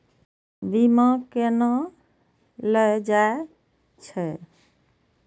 बीमा केना ले जाए छे?